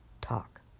talk